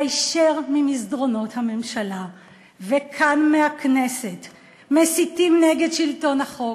והיישר ממסדרונות הממשלה וכאן מהכנסת מסיתים נגד שלטון החוק,